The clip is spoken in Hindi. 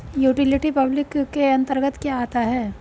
यूटिलिटी पब्लिक के अंतर्गत क्या आता है?